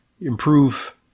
improve